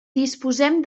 disposem